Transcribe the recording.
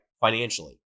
financially